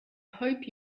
hope